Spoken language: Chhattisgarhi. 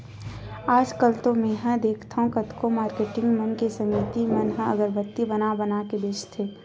आजकल तो मेंहा देखथँव कतको मारकेटिंग मन के समिति मन ह अगरबत्ती बना बना के बेंचथे